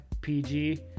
PG